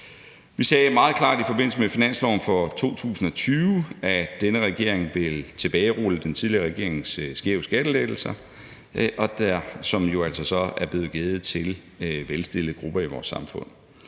Vi sagde meget klart i forbindelse med finansloven for 2020, at denne regering vil tilbagerulle den tidligere regerings skæve skattelettelser, som jo altså er blevet givet til velstillede grupper i vores samfund.